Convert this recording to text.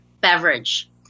beverage